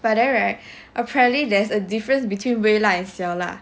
but then right apparently there's a difference between 微辣 and 小辣